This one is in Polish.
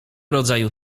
rodzaju